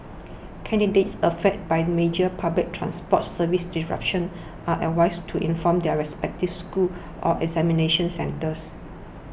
candidates affected by major public transport service disruption are advised to inform their respective schools or examination centres